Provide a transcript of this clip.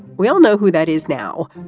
we all know who that is now,